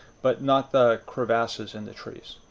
but not the crevasses and the trees.